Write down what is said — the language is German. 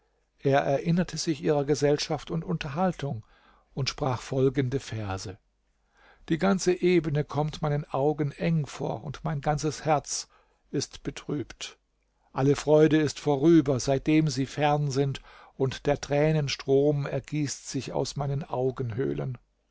er erinnerte sich ihrer gesellschaft und unterhaltung und sprach folgende verse die ganze ebene kommt meinen augen eng vor und mein ganzes herz ist betrübt alle freude ist vorüber seitdem sie fern sind und der tränen strom ergießt sich aus meinen augenhöhlen